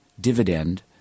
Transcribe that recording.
dividend